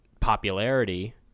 popularity